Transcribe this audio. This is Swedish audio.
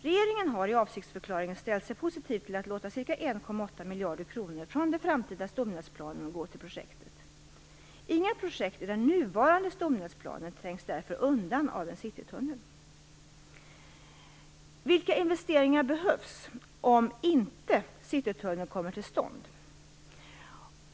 Regeringen har i avsiktsförklaringen ställt sig positiv till att låta ca 1,8 miljarder kronor från den framtida stomnätsplanen gå till projektet. Inga projekt i den nuvarande stomnätsplanen trängs därför undan av en citytunnel. Vilka investeringar behövs om inte Citytunneln kommer till stånd?